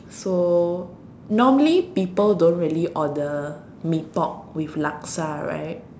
so normally people don't really order Mee-Pok with Laksa right